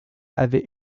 avait